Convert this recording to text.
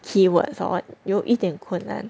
keywords hor 有一点困难